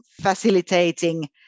facilitating